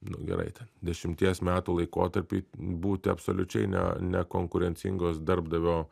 nu gerai ten dešimties metų laikotarpy būti absoliučiai ne nekonkurencingos darbdavio